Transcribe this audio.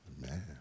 Man